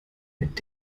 mit